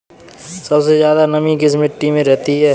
सबसे ज्यादा नमी किस मिट्टी में रहती है?